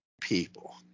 people